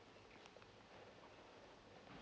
uh